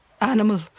animal